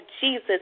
Jesus